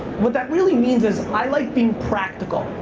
what that really means is i like being practical.